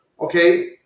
Okay